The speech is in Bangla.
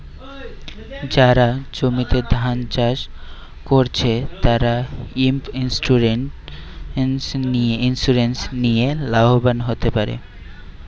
যারা জমিতে ধান চাষ কোরছে, তারা ক্রপ ইন্সুরেন্স লিয়ে লাভবান হোতে পারে